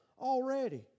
already